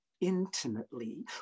intimately